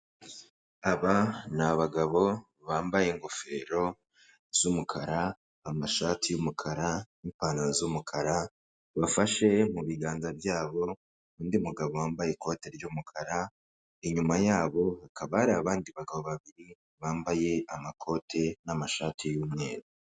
Aba ni abagabo, bambaye ingofero z'umukara, amashati y'umukara, n'ipantaro z'umukara, bafashe mu biganza byabo, undi mugabo wambaye ikoti ry'umukara, inyuma yabo hakaba hari abandi bagabo babiri, bambaye amakote n'amashati y'umweru.